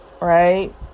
right